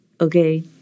okay